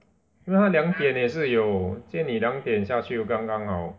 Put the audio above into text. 因为他两点也是有今天你两点下去有刚刚好